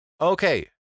Okay